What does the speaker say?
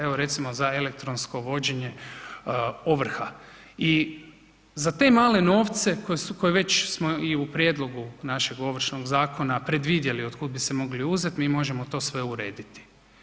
Evo, recimo za elektronsko vođenje ovrha i za te male novce koje već smo i u prijedlogu našeg ovršnog zakona predvidjeli od kud bi se mogli uzeti, mi možemo to sve urediti.